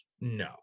no